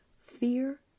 fear